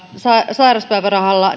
sairauspäivärahalla